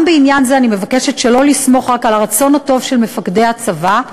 גם בעניין הזה אני מבקשת שלא לסמוך רק על הרצון הטוב של מפקדי הצבא,